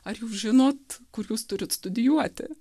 ar jūs žinot kur jūs turit studijuoti